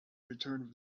returned